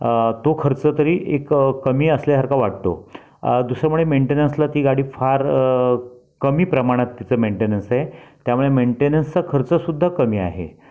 तो खर्च तरी एक कमी असल्यासारखा वाटतो दुसरं म्हणजे मेन्टेनन्सला ती गाडी फार कमी प्रमाणात तिचं मेन्टेनन्स आहे त्यामुळे मेन्टेनन्सचा खर्चसुद्धा कमी आहे